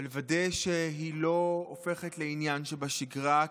ולוודא שהיא לא הופכת לעניין שבשגרה,